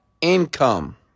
income